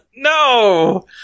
No